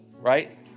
right